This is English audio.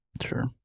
sure